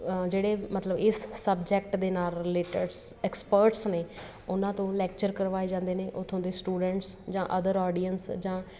ਜਿਹੜੇ ਮਤਲਬ ਇਸ ਸਬਜੈਕਟ ਦੇ ਨਾਲ ਰਿਲੇਟਡਸ ਐਕਸਪਰਟਸ ਨੇ ਉਹਨਾਂ ਤੋਂ ਲੈਕਚਰ ਕਰਵਾਏ ਜਾਂਦੇ ਨੇ ਉੱਥੋਂ ਦੇ ਸਟੂਡੈਂਟਸ ਜਾਂ ਅਦਰ ਔਰਡੀਅੰਸ ਜਾਂ